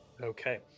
Okay